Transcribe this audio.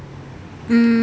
mm